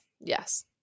Yes